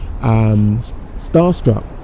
starstruck